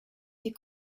die